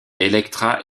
elektra